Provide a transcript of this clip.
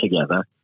together